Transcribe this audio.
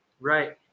Right